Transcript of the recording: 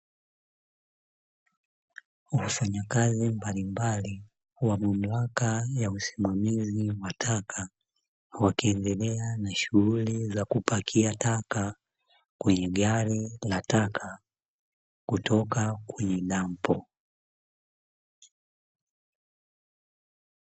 Wafakazi mbalimbali wa kukusanya taka